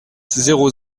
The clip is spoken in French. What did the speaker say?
zéro